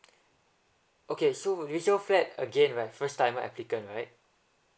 okay so resale flat again right first timer applicant right